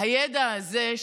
הידע הזה,